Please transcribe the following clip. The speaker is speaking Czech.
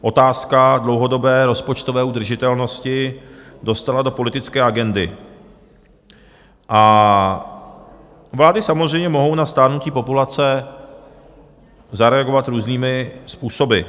otázka dlouhodobé rozpočtové udržitelnosti dostala do politické agendy a vlády samozřejmě mohou na stárnutí populace zareagovat různými způsoby.